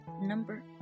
number